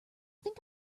think